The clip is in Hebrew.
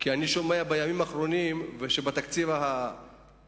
כי אני שומע בימים האחרונים שבתקציב הנוכחי,